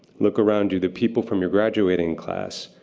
look around you, the people from your graduating class.